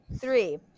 three